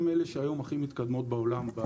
הם אלה שהיום הכי מתקדמים בעולם.